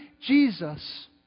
Jesus